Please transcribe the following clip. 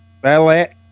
ballet